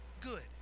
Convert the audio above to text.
good